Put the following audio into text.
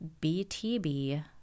btb